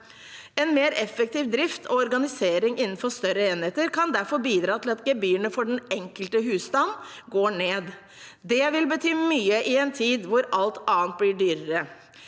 En mer effektiv drift og organisering innenfor større enheter kan derfor bidra til at gebyrene for den enkelte husstand går ned. Det vil bety mye i en tid hvor alt annet blir dyrere.